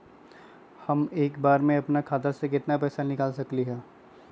हम एक बार में अपना खाता से केतना पैसा निकाल सकली ह?